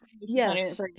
yes